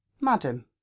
Madam